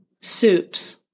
soups